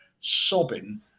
sobbing